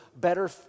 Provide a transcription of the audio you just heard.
better